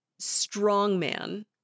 strongman